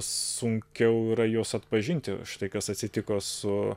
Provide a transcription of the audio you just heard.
sunkiau yra juos atpažinti štai kas atsitiko su